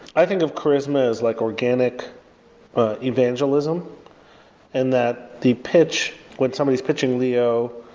i think of charisma as like organic evangelism and that the pitch, when somebody is pitching leo,